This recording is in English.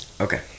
okay